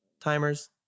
timers